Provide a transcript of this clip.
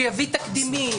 שיביא תקדימים,